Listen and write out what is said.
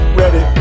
ready